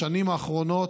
בשנים האחרונות,